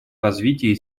развитии